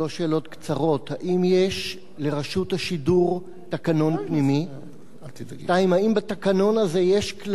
שלוש שאלות קצרות: 1. האם יש לרשות השידור תקנון פנימי?